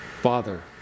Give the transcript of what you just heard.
Father